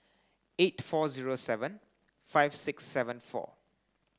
eight four zero seven five six seven four